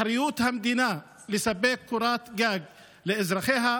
אחריות המדינה היא לספק קורת גג לאזרחיה,